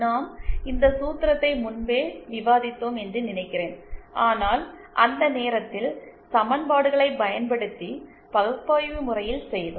நாம் இந்த சூத்திரத்தை முன்பே விவாதித்தோம் என்று நினைக்கிறேன் ஆனால் அந்த நேரத்தில் சமன்பாடுகளைப் பயன்படுத்தி பகுப்பாய்வு முறையில் செய்தோம்